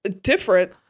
different